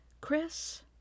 Chris